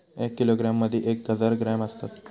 एक किलोग्रॅम मदि एक हजार ग्रॅम असात